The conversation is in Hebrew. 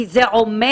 כי זה עומד